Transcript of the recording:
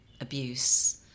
abuse